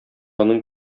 аның